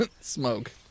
Smoke